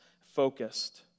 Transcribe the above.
focused